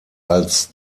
als